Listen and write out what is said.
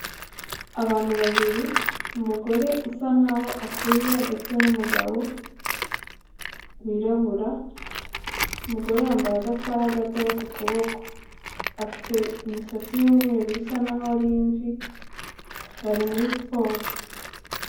Abantu babiri umugore usa nkaho akuze ndetse n'umugabo wirabura, umugore yambaye agasa gatoya ku kuboko, afite imisatsi y'umweru bisa naho ari imvi, bari muri siporo.